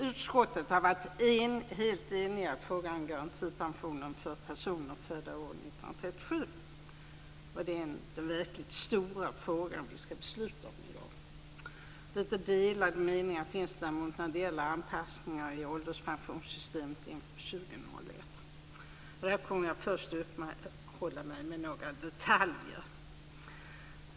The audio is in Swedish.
Utskottet har varit helt enigt i frågan om garantipensioner för personer födda år 1937. Det är den verkligt stora fråga som vi ska besluta om i dag. Lite delade meningar finns däremot när det gäller anpassningar i ålderspensionssystemet inför 2001. Jag kommer först att uppehålla mig vid några detaljer.